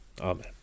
Amen